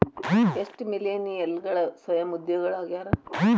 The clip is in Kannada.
ಎಷ್ಟ ಮಿಲೇನಿಯಲ್ಗಳ ಸ್ವಯಂ ಉದ್ಯೋಗಿಗಳಾಗ್ಯಾರ